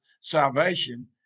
salvation